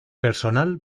personal